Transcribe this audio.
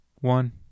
one